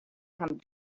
come